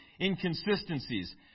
inconsistencies